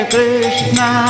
Krishna